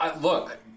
look